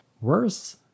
worse